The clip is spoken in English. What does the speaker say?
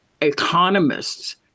economists